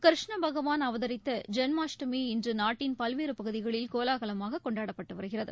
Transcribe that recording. கிருஷ்ணபகவான் அவதரித்த ஜன்மாஷ்டமி இன்று நாட்டின் பல்வேறு பகுதிகளில் கோலாகலமாக கொண்டாடப்பட்டு வருகிறது